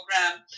program